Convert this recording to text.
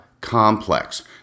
complex